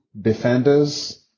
defenders